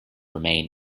remain